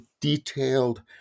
detailed